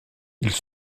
ils